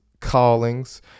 callings